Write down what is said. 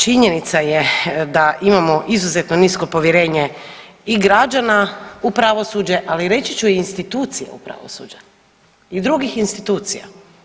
Činjenica je da imamo izuzetno nisko povjerenje i građana u pravosuđa, ali reći ću i institucija u pravosuđe i drugih institucija.